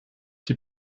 die